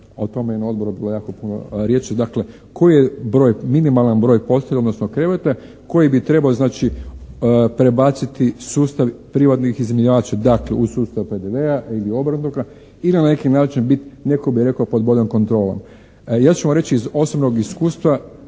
o tome je na odboru bilo jako puno riječi, dakle koji je broj minimalan broj postelja, odnosno kreveta koji bi trebao znači prebaciti sustav privatnih iznajmljivača dakle u sustav PDV-a ili … /Govornik se ne razumije./ … i na neki način bit netko bi rekao pod boljom kontrolom. Ja ću vam reći iz osobnog iskustva